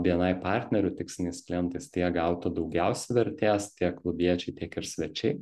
bni partnerių tiksliniais klientais tai jie gautų daugiausia vertės tiek klubiečiai tiek ir svečiai